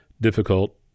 difficult